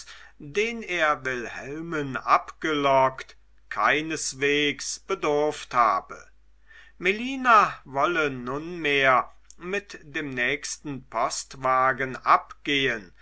den er wilhelmen abgelockt keineswegs bedurft habe melina wolle nunmehr mit dem nächsten postwagen abgehn